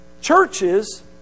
Churches